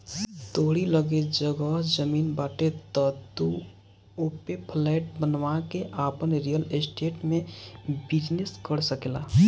तोहरी लगे जगह जमीन बाटे तअ तू ओपे फ्लैट बनवा के आपन रियल स्टेट में बिजनेस कर सकेला